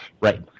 Right